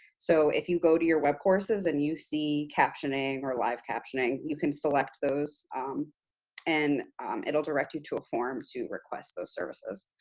so if you go to your webcourses and you see captioning or live captioning, you can select those and it'll direct you to a form to request those services.